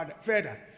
further